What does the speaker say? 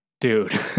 Dude